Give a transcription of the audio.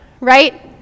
Right